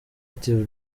active